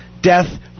death